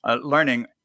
learning